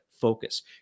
focus